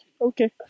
Okay